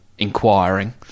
inquiring